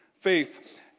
Faith